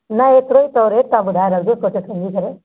न ओतिरो ई अथव रेट तव्हां ॿुधाए रखिजो सोचे सम्झी करे